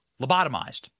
lobotomized